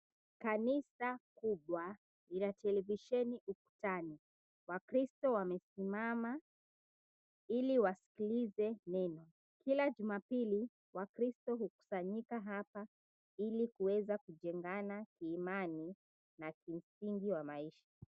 Kanisa kubwa ina televesheni ukutani, wakristo wamesimama ili wasikilize neno. Kila jumapili wakristo hukusanyika hapa ili kuweza kujengana imani na kimsingi wa maisha.